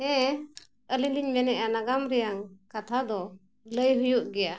ᱦᱮᱸ ᱟᱹᱞᱤᱧ ᱞᱤᱧ ᱢᱮᱱᱮᱜᱼᱟ ᱱᱟᱜᱟᱢ ᱨᱮᱭᱟᱜ ᱠᱟᱛᱷᱟ ᱫᱚ ᱞᱟᱹᱭ ᱦᱩᱭᱩᱜ ᱜᱮᱭᱟ